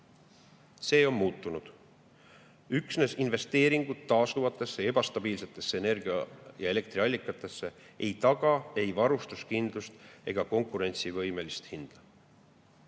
See on muutunud. Üksnes investeeringud taastuvatesse ja ebastabiilsetesse energia- ja elektriallikatesse ei taga ei varustuskindlust ega konkurentsivõimelist hinda.